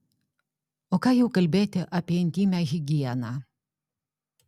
o ką jau kalbėti apie intymią higieną